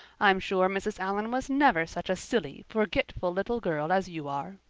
i'm sure mrs. allan was never such a silly, forgetful little girl as you are.